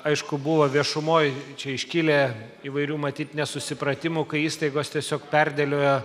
aišku buvo viešumoj čia iškilę įvairių matyt nesusipratimų kai įstaigos tiesiog perdėliojo